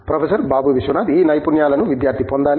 professor Babu Vishwanath ఈ నైపుణ్యాలను విద్యార్థి పొందాలి